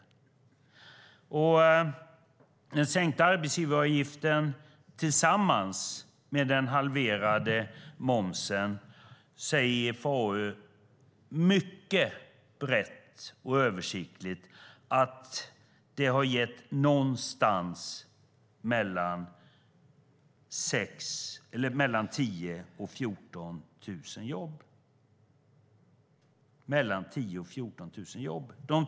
IFAU säger mycket brett och översiktligt att den sänkta arbetsgivaravgiften tillsammans med den halverade momsen har gett någonstans mellan 10 000 och 14 000 jobb. De två åtgärderna tillsammans har alltså gett mellan 10 000 och 14 000 jobb.